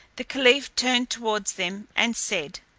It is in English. the caliph turned towards them, and said,